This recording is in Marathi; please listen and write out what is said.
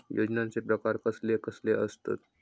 योजनांचे प्रकार कसले कसले असतत?